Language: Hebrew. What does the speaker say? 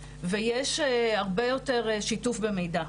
הם הרבה יותר הדוקים ויש הרבה יותר שיתוף במידע,